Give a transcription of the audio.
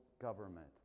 government